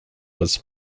was